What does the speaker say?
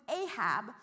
Ahab